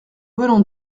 venons